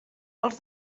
els